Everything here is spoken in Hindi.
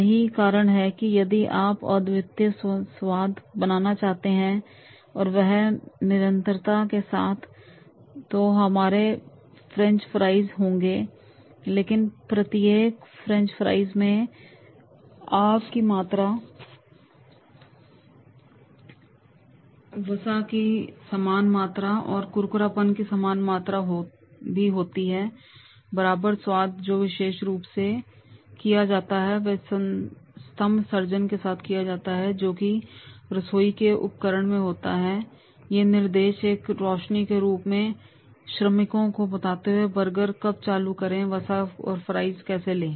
यही कारण है कि यदि आप अद्वितीय स्वाद बनाना चाहते हैं और वह भी निरंतरता के साथ तो हजारों फ्रेंच फ्राइज़ होंगे लेकिन प्रत्येक फ्रेंच फ्राइज़ में आग की मात्रा वसा की समान मात्रा होती है और कुरकुरापन की समान मात्रा में होता है बराबर स्वाद जो विशेष रूप से तैयार किया जाता है वह स्तंभ सर्जन के साथ किया जाता है जो कि रसोई के उपकरण में होता है ये निर्देश एक रोशनी के रूप में श्रमिकों को बताते हैं कि बर्गर कब चालू करें या वसा से फ्राइज़ लें